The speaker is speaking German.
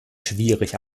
schwierig